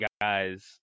guys